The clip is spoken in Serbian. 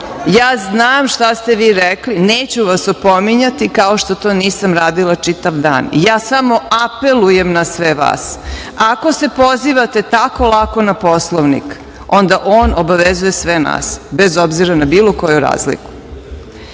ja znam šta ste rekli, i neću vas opominjati, kao što to nisam radila čitav dan i ja samo apelujem na sve vas, ako se pozivate tako lako na Poslovnik, onda on obavezuje sve nas, bez obzira na bilo koju razliku. Ministar